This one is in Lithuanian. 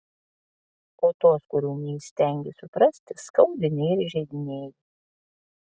o tuos kurių neįstengi suprasti skaudini ir įžeidinėji